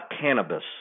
cannabis